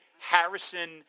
Harrison